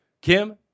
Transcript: Kim